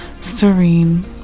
serene